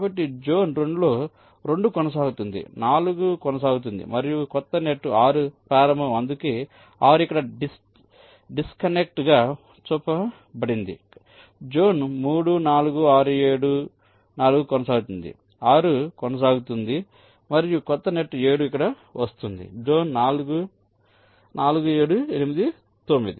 కాబట్టి జోన్ 2 లో 2 కొనసాగుతుంది 4 కొనసాగుతుంది మరియు కొత్త నెట్ 6 ప్రారంభం అందుకే 6 ఇక్కడ డిస్కనెక్ట్ గా చూపబడింది జోన్ 3 4 6 7 4 కొనసాగుతుంది 6 కొనసాగుతుంది మరియు కొత్త నెట్ 7 ఇక్కడ వస్తుంది జోన్ 4 4 7 8 9